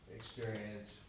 experience